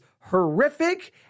horrific